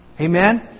Amen